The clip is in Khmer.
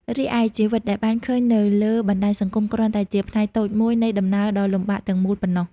រីឯ ជីវិតដែលបានឃើញនៅលើបណ្តាញសង្គម គ្រាន់តែជាផ្នែកតូចមួយនៃដំណើរដ៏លំបាកទាំងមូលប៉ុណ្ណោះ។